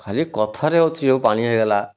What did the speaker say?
ଖାଲିି କଥାରେ ଅଛିି ପାଣି ହେଇଗଲା